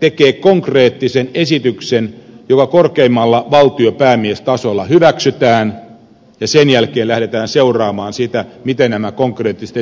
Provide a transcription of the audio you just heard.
tekee konkreettisen esityksen joka korkeimmalla valtiopäämiestasolla hyväksytään ja sen jälkeen lähdetään seuraamaan sitä miten nämä konkreettiset esitykset toteutuvat